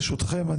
ברשותכם,